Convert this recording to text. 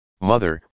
Mother